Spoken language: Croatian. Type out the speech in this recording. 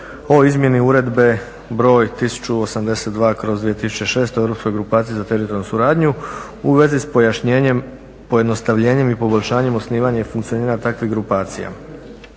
o izmjeni Uredbe broj 1082/2006. o Europskoj grupaciji za teritorijalnu suradnju u vezi s pojašnjenjem, pojednostavljenjem i poboljšanjem osnivanja i funkcioniranja takvih grupacija.